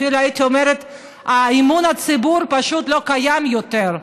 אפילו הייתי אומרת שאמון הציבור פשוט לא קיים יותר,